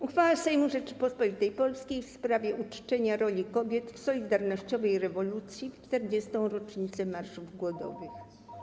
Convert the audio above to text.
Uchwała Sejmu Rzeczypospolitej Polskiej w sprawie uczczenia roli kobiet w solidarnościowej rewolucji w 40. rocznicę marszów głodowych.